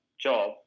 job